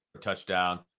touchdown